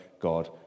God